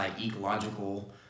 ecological